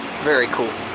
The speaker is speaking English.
very cool.